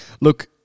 Look